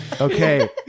Okay